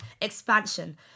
expansion